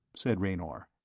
said raynor,